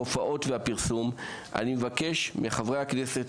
ההופעות והפרסום אני מבקש מחברי הכנסת